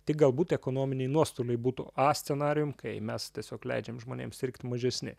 tik galbūt ekonominiai nuostoliai būtų a scenarijum kai mes tiesiog leidžiam žmonėm sirgt mažesni